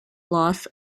loss